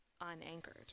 unanchored